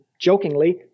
jokingly